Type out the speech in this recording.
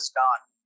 done